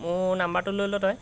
মোৰ নাম্বাৰটো লৈ ল তই